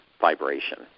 vibration